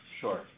Sure